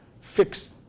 fix